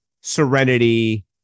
serenity